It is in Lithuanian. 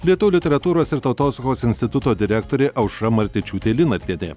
lietuvių literatūros ir tautosakos instituto direktorė aušra maltišiūtė linartienė